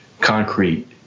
concrete